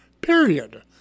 period